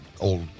Old